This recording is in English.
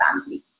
family